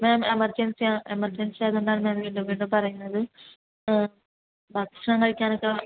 മാം എമർജൻസിയാണ് എമർജൻസി ആയത് കൊണ്ടാണ് ഞാൻ വീണ്ടും വീണ്ടും പറയുന്നത് ആ ഭക്ഷണം കഴിക്കാനൊക്കെ